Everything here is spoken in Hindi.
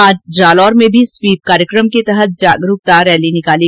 आज जालौर में भी स्वीप कार्यकम के तहत जागरूकता की रैली निकाली